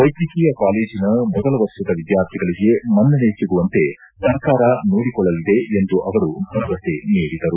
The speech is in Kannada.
ವೈದ್ಯಕೀಯ ಕಾಲೇಜನ ಮೊದಲ ವರ್ಷದ ವಿದ್ಯಾರ್ಥಿಗಳಿಗೆ ಮನ್ನಣೆ ಸಿಗುವಂತೆ ಸರ್ಕಾರ ನೋಡಿಕೊಳ್ಳಲಿದೆ ಎಂದು ಅವರು ಭರವಸೆ ನೀಡಿದರು